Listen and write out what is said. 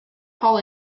paul